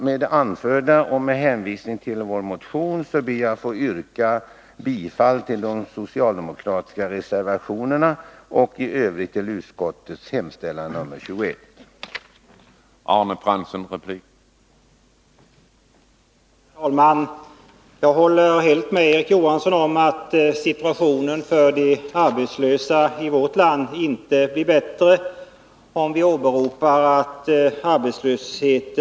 Med det anförda och med hänvisning till vår motion yrkar jag bifall till de socialdemokratiska reservationerna och i övrigt till utskottets hemställan i arbetsmarknadsutskottets betänkande nr 21.